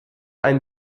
ein